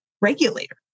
regulator